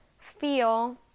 feel